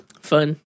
Fun